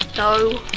no